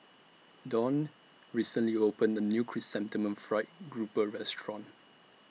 Dawne recently opened A New Chrysanthemum Fried Grouper Restaurant